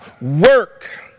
Work